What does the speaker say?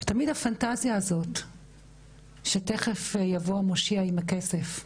תמיד הפנטזיה הזאת שתיכף יבוא המושיע עם הכסף.